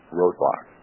roadblock